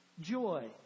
joy